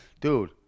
Dude